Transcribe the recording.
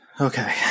Okay